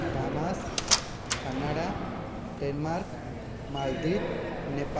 bahamas Canada Denmark Maldives Nepal